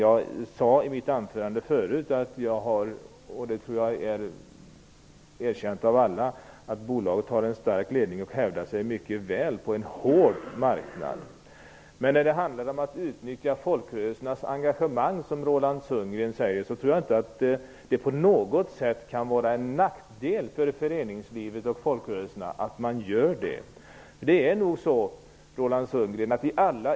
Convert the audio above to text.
Jag sade i mitt anförande att bolaget har en stark ledning och hävdar sig mycket väl på en hård marknad. Jag tror inte att det på något sätt kan vara en nackdel för föreningslivet och folkrörelserna, som Roland Sundgren talar om.